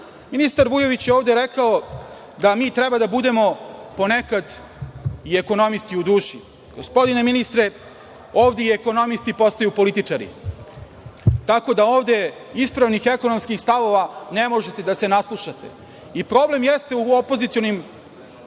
Vujović je ovde rekao da mi treba da budemo ponekad i ekonomisti u duši. Gospodine ministre, ovde i ekonomisti postaju političari. Ovde ispravnih ekonomskih stavova ne možete da se naslušate. Problem jeste u opozicionim